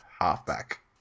halfback